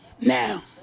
now